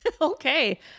Okay